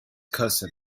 cousin